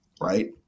right